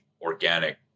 organic